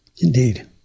indeed